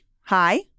Hi